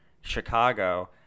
Chicago